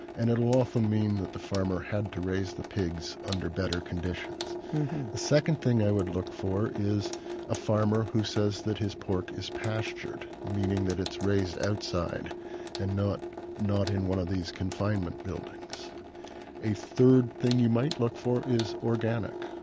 and it'll often mean that the farmer had to raise the pigs under better conditions a second thing i would look for is a farmer who says that his pork is pastured, meaning that it's raised outside and not not in one of these confinement buildings a third thing you might look for is organic.